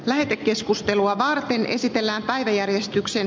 lähetekeskustelua vaan esitellään eteenpäin